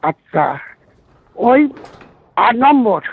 আচ্ছা ওই আট নম্বর